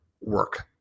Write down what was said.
work